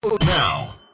now